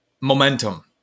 momentum